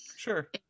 Sure